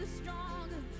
stronger